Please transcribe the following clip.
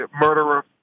murderer